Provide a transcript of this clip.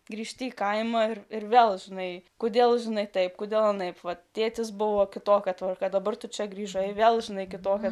grįžti į kaimą ir ir vėl žinai kodėl žinai taip kodėl taip vat tėtis buvo kitokia tvarka dabar tu čia grįžai vėl žinai kitokia